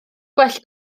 gwell